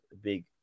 big